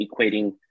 equating